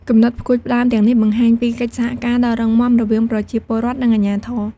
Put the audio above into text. គំនិតផ្តួចផ្តើមទាំងនេះបង្ហាញពីកិច្ចសហការដ៏រឹងមាំរវាងប្រជាពលរដ្ឋ និងអាជ្ញាធរ។